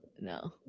no